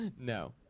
No